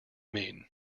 mean